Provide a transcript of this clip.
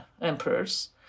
emperors